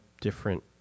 different